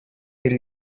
till